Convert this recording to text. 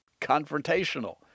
confrontational